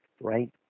right